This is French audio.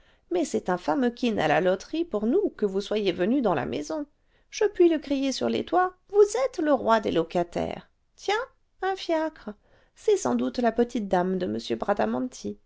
mais c'est un fameux quine à la loterie pour nous que vous soyez venu dans la maison je puis le crier sur les toits vous êtes le roi des locataires tiens un fiacre c'est sans doute la petite dame de